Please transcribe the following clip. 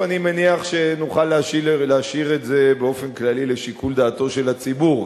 אני מניח שנוכל להשאיר את זה באופן כללי לשיקול דעתו של הציבור,